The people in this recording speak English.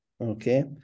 okay